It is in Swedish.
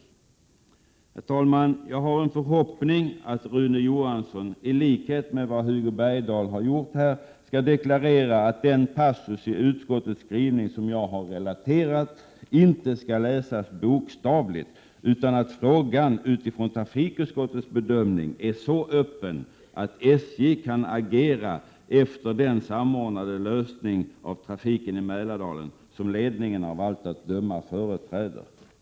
Herr talman! Jag har en förhoppning om att Rune Johansson —i likhet med vad Hugo Bergdahl har gjort här — skall deklarera att den passus i utskottets skrivning som jag har relaterat inte skall läsas bokstavligt, utan att frågan enligt trafikutskottets bedömning är så öppen att SJ kan agera utifrån den samordnade lösning av trafiken i Mälardalen som ledningen av allt att döma företräder.